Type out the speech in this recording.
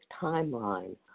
timeline